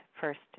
First